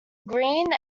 greene